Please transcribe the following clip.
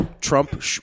Trump